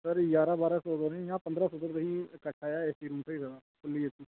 sir जारां बारां सौ दा नेईं कोई पंदरां सौ तगर कोई कठ्ठा जेहा ए सी रूम थ्होई जाह्ग फुली ए सी